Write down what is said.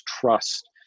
trust